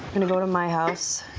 going to go to my house,